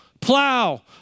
plow